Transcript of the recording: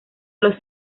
los